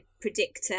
predictor